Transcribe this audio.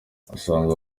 asanga